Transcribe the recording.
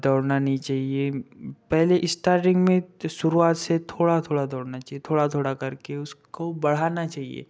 दौड़ना नहीं चाहिए पहले स्टार्टिंग में तो शुरुआत से थोड़ा थोड़ा दौड़ना चाहिए थोड़ा थोड़ा करके उसको बढ़ाना चाहिए